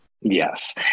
Yes